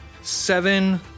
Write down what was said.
seven